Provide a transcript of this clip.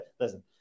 listen